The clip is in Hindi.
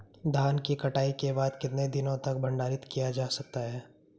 धान की कटाई के बाद कितने दिनों तक भंडारित किया जा सकता है?